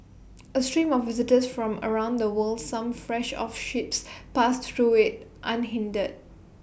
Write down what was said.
A stream of visitors from around the world some fresh off ships passed through IT unhindered